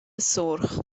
سرخ